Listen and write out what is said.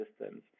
systems